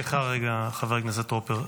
סליחה רגע, חבר הכנסת טרופר.